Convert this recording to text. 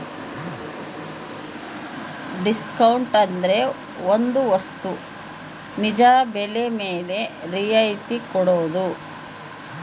discount ಅಂದ್ರೆ ಒಂದ್ ವಸ್ತು ನಿಜ ಬೆಲೆ ಮೇಲೆ ರಿಯಾಯತಿ ಕೊಡೋದು